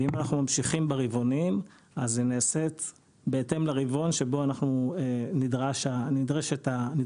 ואם אנחנו ממשיכים ברבעונים אז הוא נעשה בהתאם לרבעון שבו נדרש הרישיון.